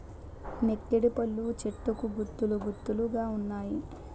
నెక్కిడిపళ్ళు చెట్టుకు గుత్తులు గుత్తులు గావున్నాయి